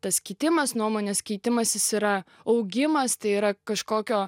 tas kitimas nuomonės keitimasis yra augimas tai yra kažkokio